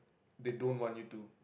they don't want you to